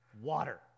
water